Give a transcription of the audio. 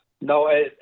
No